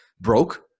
broke